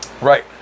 Right